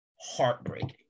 heartbreaking